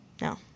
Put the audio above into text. No